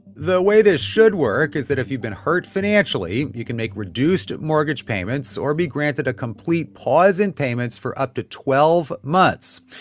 the way this should work is that if you've been hurt financially, you can make reduced mortgage payments or be granted a complete pause in payments for up to twelve months.